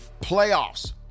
playoffs